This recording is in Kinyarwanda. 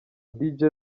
djs